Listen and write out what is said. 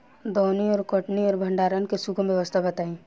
दौनी और कटनी और भंडारण के सुगम व्यवस्था बताई?